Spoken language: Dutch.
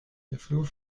vloer